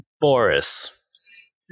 Boris